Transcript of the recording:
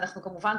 כמובן,